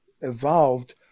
evolved